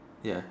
ya